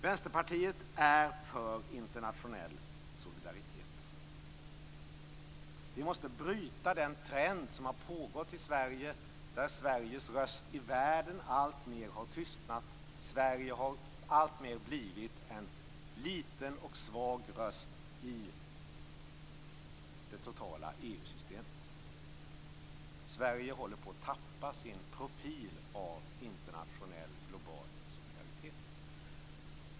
Vänsterpartiet är för internationell solidaritet. Vi måste bryta den trend som har pågått i Sverige där Sveriges röst i världen alltmer har tystnat. Sverige har alltmer blivit en liten och svag röst i det totala EU systemet. Sverige håller på att tappa sin profil av internationell global solidaritet.